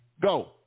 Go